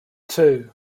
two